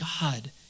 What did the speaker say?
God